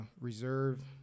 reserve